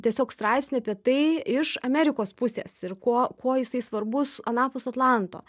tiesiog straipsnį apie tai iš amerikos pusės ir kuo kuo jisai svarbus anapus atlanto